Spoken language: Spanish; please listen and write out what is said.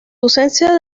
ausencia